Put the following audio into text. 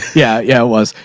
yeah, yeah, it was.